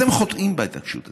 אתם חוטאים בהתעקשות הזאת.